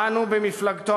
אנו במפלגתו,